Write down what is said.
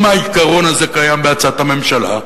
אם העיקרון הזה קיים בהצעת הממשלה,